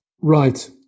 Right